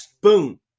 boom